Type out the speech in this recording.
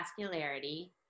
vascularity